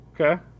Okay